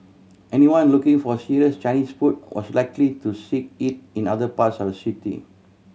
anyone looking for serious Chinese food was likely to seek it in other parts of city